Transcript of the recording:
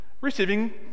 receiving